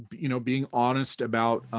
you know being honest about